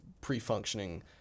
pre-functioning